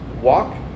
walk